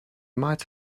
might